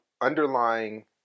underlying